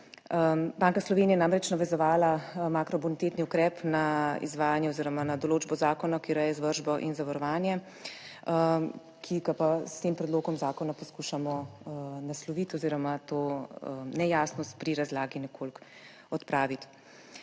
Banka Slovenije je namreč navezovala makrobonitetni ukrep na izvajanje oziroma na določbo zakona, ki ureja izvršbo in zavarovanje, ki ga pa s tem predlogom zakona poskušamo nasloviti oziroma to nejasnost pri razlagi nekoliko odpraviti.